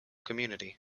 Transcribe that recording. community